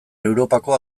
europako